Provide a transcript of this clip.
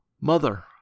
Mother